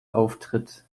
auftritt